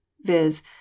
viz